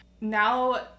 Now